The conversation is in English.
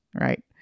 right